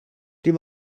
dim